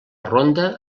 ronda